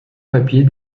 papier